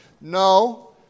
no